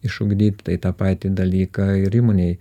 išugdyt tai tą patį dalyką ir įmonėj